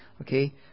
okay